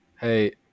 Hey